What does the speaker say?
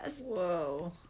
Whoa